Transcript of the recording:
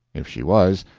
if she was,